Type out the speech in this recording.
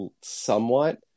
somewhat